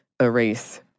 erase